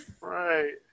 Right